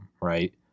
right